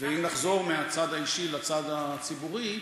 ואם נחזור מהצד האישי לצד הציבורי,